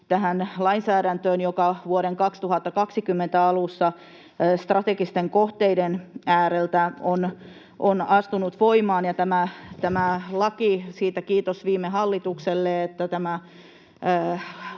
lainsäädäntöön, joka vuoden 2020 alussa strategisten kohteiden ääreltä on astunut voimaan — siitä kiitos viime hallitukselle, että